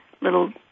little